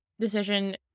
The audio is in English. decision